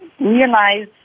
Realize